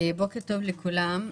בוקר טוב לכולם.